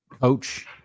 coach